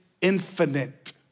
infinite